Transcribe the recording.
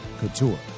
couture